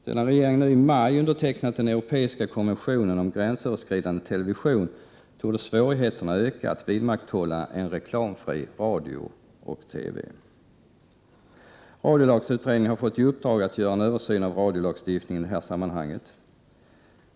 Sedan regeringen i maj har undertecknat den europeiska konventionen om gränsöverskridande television torde svårigheterna öka att vidmakthålla en reklamfri radio och TV. Radiolagsutredningen har fått i uppdrag att göra en översyn av radiolagstiftningen i det här sammanhanget.